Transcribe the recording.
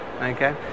okay